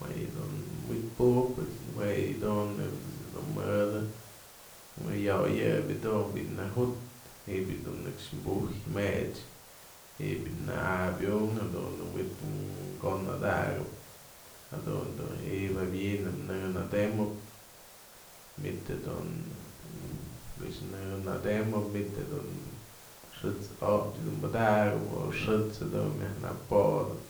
Më yë dun wi'itpujëp pues jue yë dun, nebya ejt's dun mëdë nëyo'oyëp jedun bi'i nëju'ut, ji'ibyë du nëkxë bu'uj mjet'sy, ji'ib na'abiunkë jadun dun wi'it konadakap jadun du ji'ib jawi'in du në'ë natemëp, manyt jedun këxnënademäp manyt jedun xë'ët's optyë dun padakap o xë'ët's dun myajnëpodëp